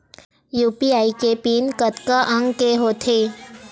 UPI के PIN कतका अंक के होथे?